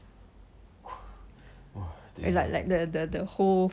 like like like the whole